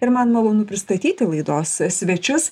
ir man malonu pristatyti laidos svečius